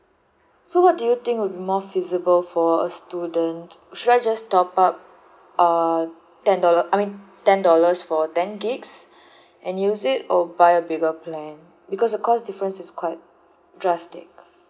so what do you think will be more feasible for a student should I just top up uh ten dollar I mean ten dollars for ten gigs and use it or buy a bigger plan because the cost difference is quite drastic